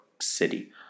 City